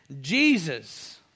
Jesus